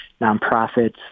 nonprofits